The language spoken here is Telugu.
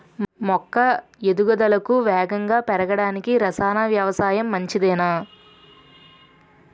మొక్క ఎదుగుదలకు వేగంగా పెరగడానికి, రసాయన వ్యవసాయం మంచిదేనా?